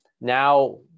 now